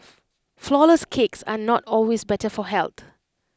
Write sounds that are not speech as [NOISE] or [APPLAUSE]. [NOISE] Flourless Cakes are not always better for health